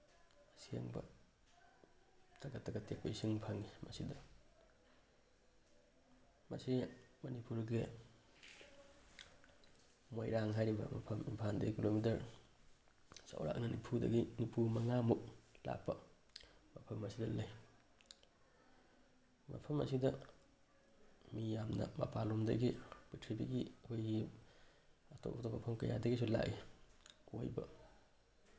ꯑꯁꯦꯡꯕ ꯇꯒꯠ ꯇꯒꯠ ꯇꯦꯛꯄ ꯏꯁꯤꯡ ꯐꯪꯉꯤ ꯃꯁꯤꯗ ꯃꯁꯤ ꯃꯅꯤꯄꯨꯔꯒꯤ ꯃꯣꯏꯔꯥꯡ ꯍꯥꯏꯔꯤꯕ ꯃꯐꯝ ꯏꯝꯐꯥꯜꯗꯒꯤ ꯀꯤꯂꯣꯃꯤꯇꯔ ꯆꯥꯎꯔꯥꯛꯅ ꯅꯤꯐꯨꯗꯒꯤ ꯅꯤꯐꯨꯃꯉꯥꯃꯨꯛ ꯂꯥꯞꯄ ꯃꯐꯝ ꯑꯁꯤꯗ ꯂꯩ ꯃꯐꯝ ꯑꯁꯤꯗ ꯃꯤ ꯌꯥꯝꯅ ꯃꯄꯥꯜꯂꯣꯝꯗꯒꯤ ꯄ꯭ꯔꯤꯊꯤꯕꯤꯒꯤ ꯑꯩꯈꯣꯏꯒꯤ ꯑꯇꯣꯞ ꯑꯇꯣꯞꯄ ꯃꯐꯝ ꯀꯌꯥꯗꯒꯤꯁꯨ ꯂꯥꯛꯏ ꯀꯣꯏꯕ